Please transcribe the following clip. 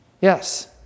Yes